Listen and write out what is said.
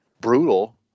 brutal